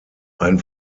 ein